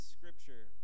Scripture